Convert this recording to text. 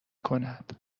کند